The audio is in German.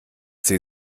sie